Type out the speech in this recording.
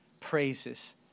praises